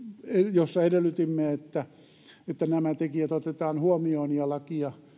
jossa edellytimme että nämä tekijät otetaan huomioon ja lakia